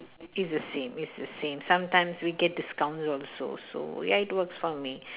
it's the same it's the same sometimes we get discounted also so ya it works for me